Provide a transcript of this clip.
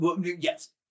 Yes